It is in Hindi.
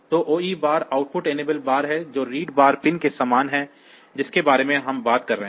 तो OE bar output enable bar है जो रीड बार पिन के समान है जिसके बारे में हम बात कर रहे हैं